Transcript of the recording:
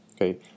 okay